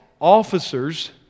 officers